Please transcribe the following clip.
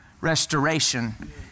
restoration